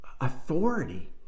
authority